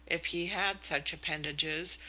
if he had such appendages,